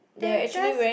there does